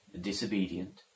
disobedient